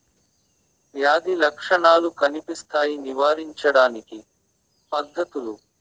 వ్యాధి లక్షణాలు కనిపిస్తాయి నివారించడానికి పద్ధతులు?